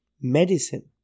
medicine